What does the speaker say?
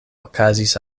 okazis